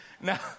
Now